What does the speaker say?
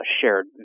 shared